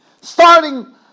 starting